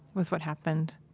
was what happened